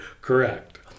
correct